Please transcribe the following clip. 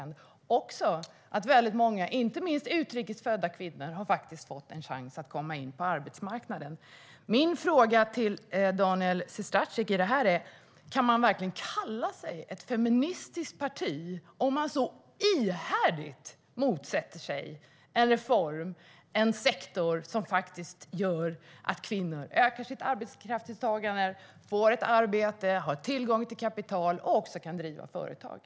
Dessutom har väldigt många kvinnor, inte minst utrikes födda, fått en chans att komma in på arbetsmarknaden.